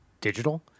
digital